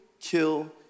kill